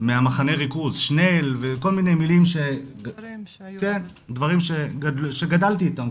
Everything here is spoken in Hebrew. מהמחנה ריכוז, כל מיני מילים, דברים שגדלתי איתם.